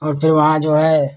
और फिर वहाँ जो है